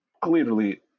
Clearly